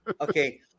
Okay